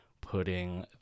putting